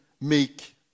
meek